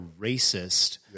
racist